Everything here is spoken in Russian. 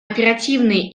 оперативная